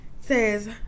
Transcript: says